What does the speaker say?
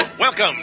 Welcome